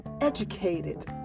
educated